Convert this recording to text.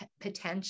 potential